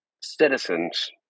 citizens